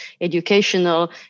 educational